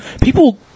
people